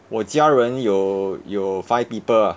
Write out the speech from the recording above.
我家人有有 five people ah